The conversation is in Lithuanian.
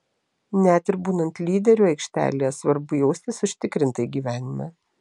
net ir būnant lyderiu aikštelėje svarbu jaustis užtikrintai gyvenime